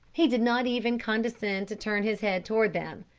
he did not even condescend to turn his head toward them,